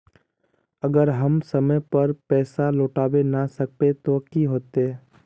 अगर हम समय पर पैसा लौटावे ना सकबे ते की होते?